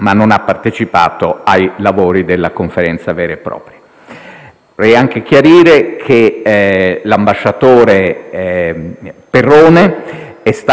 Vorrei anche chiarire che l'ambasciatore Perrone è stato fatto rientrare in Italia,